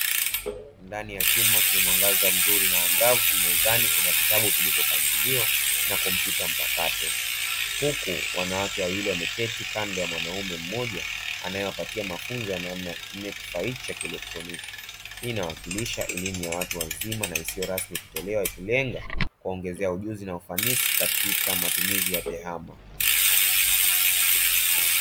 Ndani ya chumba chenye mwanganza mzuri na angavu, mezani kuna vitabu vilivyopangiliwa na kompyuta mpakato huku wanawake wawili wameketi kando ya mwanaume mmoja, anayewapatia mafunzo ya namna ya kutumia kifaa hichi cha kielektroniki, hii inawakilisha elimu ya watu wazima na isiyo rasmi ikitolewa shuleni kuongezea ujuzi na ufanisi katika matumizi ya tehama.